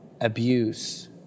abuse